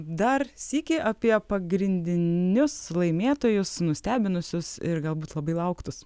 dar sykį apie pagrindinius laimėtojus nustebinusius ir galbūt labai lauktus